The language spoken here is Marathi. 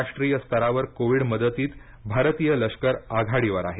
राष्ट्रीय स्तरावर कोविड मदतीत भारतीय लष्कर आघाडीवर आहे